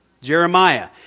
Jeremiah